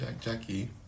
Jackie